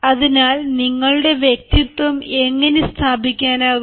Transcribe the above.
അതിനാൽ നിങ്ങളുടെ വ്യക്തിത്വം എങ്ങനെ സ്ഥാപിക്കാനാകും